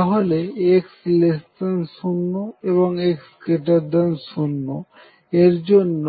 তাহলে x0 এবং x0 এর জন্য